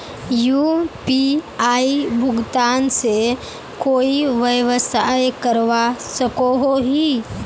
UPI भुगतान से कोई व्यवसाय करवा सकोहो ही?